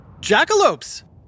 Jackalopes